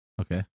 Okay